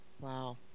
Wow